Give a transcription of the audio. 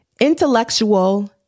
intellectual